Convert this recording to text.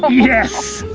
yes!